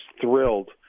thrilled